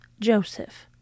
Joseph